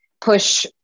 push